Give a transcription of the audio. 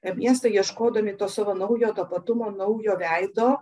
miestai ieškodami to savo naujo tapatumo naujo veido